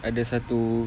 ada satu